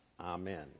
amen